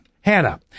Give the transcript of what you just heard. Hannah